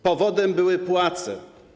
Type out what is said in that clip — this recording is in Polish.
Powodem były płace.